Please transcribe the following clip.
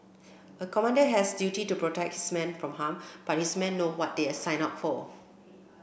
a commander has duty to protect his men from harm but his men know what they signed up for